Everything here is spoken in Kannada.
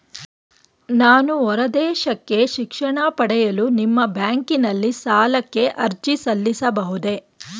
ನಾನು ಹೊರದೇಶಕ್ಕೆ ಶಿಕ್ಷಣ ಪಡೆಯಲು ನಿಮ್ಮ ಬ್ಯಾಂಕಿನಲ್ಲಿ ಸಾಲಕ್ಕೆ ಅರ್ಜಿ ಸಲ್ಲಿಸಬಹುದೇ?